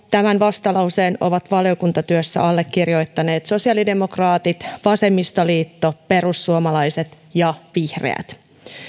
tämän vastalauseen ovat valiokuntatyössä allekirjoittaneet sosiaalidemokraatit vasemmistoliitto perussuomalaiset ja vihreät